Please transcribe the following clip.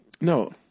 No